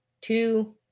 two